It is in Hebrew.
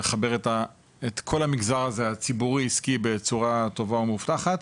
לחבר את כל המגזר הזה הציבורי-עסקי בצורה טובה ומאובטחת.